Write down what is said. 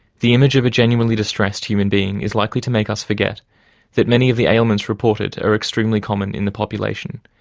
the image of a genuinely distressed human being is likely to make us forget that many of the ailments reported are extremely common in the population.